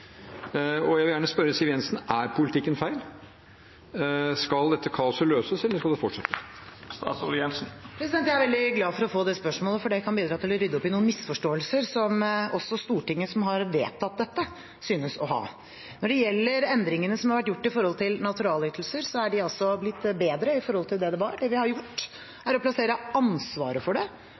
feil? Jeg vil gjerne spørre Siv Jensen: Er politikken feil? Skal dette kaoset løses, eller skal det fortsette? Jeg er veldig glad for å få det spørsmålet, for det kan bidra til å rydde opp i noen misforståelser som også Stortinget, som har vedtatt dette, synes å ha. Når det gjelder endringene som har vært gjort med hensyn til naturalytelser, er de blitt bedre i forhold til det de var. Det vi har gjort, er å plassere ansvaret for å innrapportere dette hos arbeidsgiverne. Tidligere var det